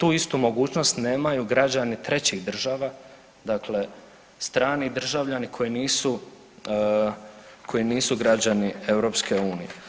Tu istu mogućnost nemaju građani trećih država, dakle strani državljani koji nisu, koji nisu građani EU.